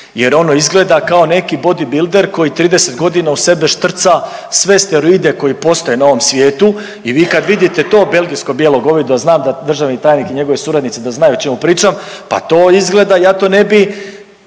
jer ono izgleda kao neki bodybuilder koji 30 godina u sebe štrca sve steroide koji postoje na ovom svijetu. I vi kad vidite to belgijsko bijelo govedo, a znam da državni tajnik i njegovi suradnici da znaju o čemu pričam, pa to izgleda ja to ne bi